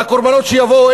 והקורבנות שיבואו,